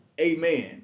amen